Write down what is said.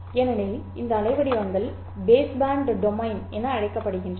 ஏனெனில் இந்த அலைவடிவங்கள் பேஸ்பேண்ட் டொமைன் என அழைக்கப்படுகின்றன